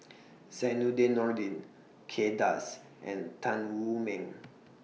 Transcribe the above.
Zainudin Nordin Kay Das and Tan Wu Meng